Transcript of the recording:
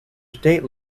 state